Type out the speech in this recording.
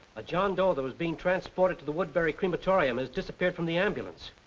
a john doe that was being transported to the woodbury crematorium has disappeared from the ambulance.